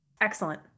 Excellent